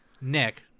Nick